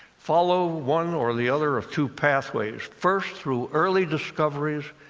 follow one or the other of two pathways first through early discoveries,